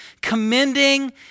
commending